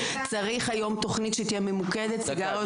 צריך היום תוכנית שתהיה ממוקדת סיגריות אלקטרוניות.